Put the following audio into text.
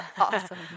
Awesome